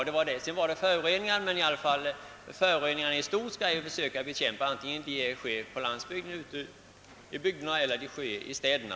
Beträffande luftföroreningarna vill jag framhålla att vi skall försöka bekämpa dessa i stort, oavsett om de förekommer ute på landsbygden eller i städerna.